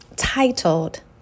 titled